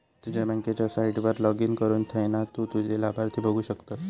तुझ्या बँकेच्या साईटवर लाॅगिन करुन थयना तु तुझे लाभार्थी बघु शकतस